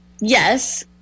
yes